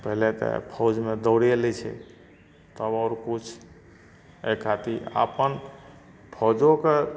पहिले तऽ फौजमे दौड़े लै छै तब आओर किछु एहि खातिर अपन फौजोके